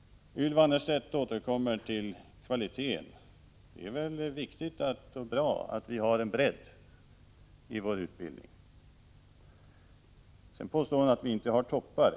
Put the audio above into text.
Ylva Annerstedt återkommer till kvaliteten. Det är viktigt och bra att vi har en bredd i vår utbildning. Sedan påstår hon att vi inte har toppar.